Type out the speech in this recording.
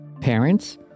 Parents